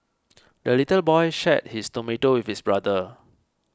the little boy shared his tomato with his brother